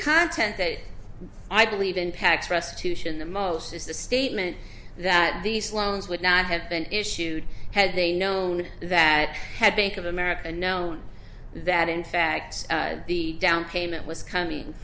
content that i believe in packs restitution the most is the statement that these loans would not have been issued had they known that had bank of america known that in fact the down payment was coming